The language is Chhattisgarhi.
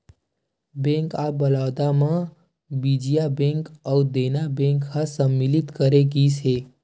बेंक ऑफ बड़ौदा म विजया बेंक अउ देना बेंक ल सामिल करे गिस हे